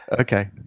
Okay